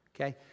Okay